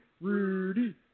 Rudy